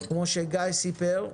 כמו שגיא סיפר,